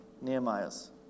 Nehemiah's